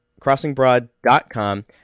crossingbroad.com